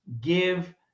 give